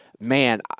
Man